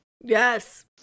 Yes